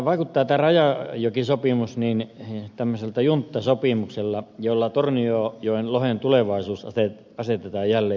tämä rajajokisopimus vaikuttaa tämmöiseltä junttasopimukselta jolla tornionjoen lohen tulevaisuus asetetaan jälleen uhatuksi